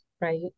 right